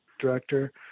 director